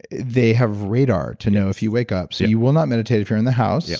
they have radar to know if you wake up so you will not meditate if you're in the house, yeah